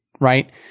Right